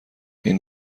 این